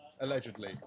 Allegedly